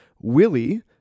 Willie